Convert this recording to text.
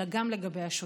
אלא גם לגבי השוטף.